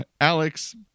alex